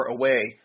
away